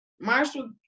Marshall